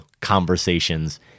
conversations